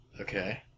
Okay